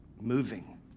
moving